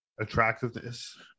attractiveness